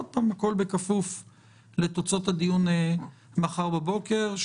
הכול בכפוף לתוצאות הדיון מחר בבוקר,